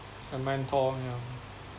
a mentor yeah